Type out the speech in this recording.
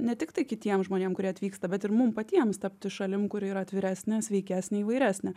ne tiktai kitiem žmonėm kurie atvyksta bet ir mum patiem tapti šalim kuri yra atviresnė sveikesnė įvairesnė